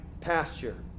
pasture